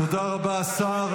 תודה רבה, השר.